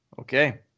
Okay